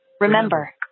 Remember